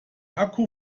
akku